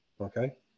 okay